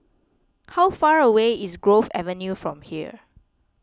how far away is Grove Avenue from here